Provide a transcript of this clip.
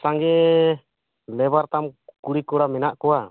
ᱥᱟᱸᱜᱮ ᱞᱮᱵᱟᱨ ᱛᱟᱢ ᱠᱩᱲᱤ ᱠᱚᱲᱟ ᱢᱮᱱᱟ ᱠᱚᱣᱟ